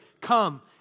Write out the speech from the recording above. come